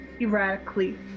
erratically